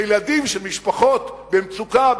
לילדים של משפחות במצוקה,